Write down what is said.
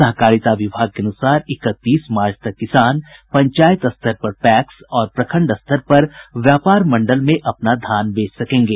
सहकारिता विभाग के अनूसार इकतीस मार्च तक किसान पंचायत स्तर पर पैक्स और प्रखंड स्तर पर व्यापार मंडल में अपना धान बेच सकेंगे